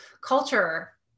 culture